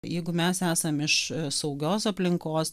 jeigu mes esam iš saugios aplinkos